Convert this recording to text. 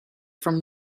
from